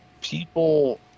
people